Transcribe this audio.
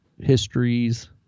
histories